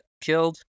killed